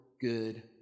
good